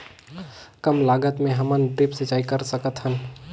कम लागत मे हमन ड्रिप सिंचाई कर सकत हन?